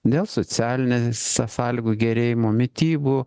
dėl socialinės sąlygų gerėjimo mitybų